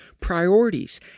priorities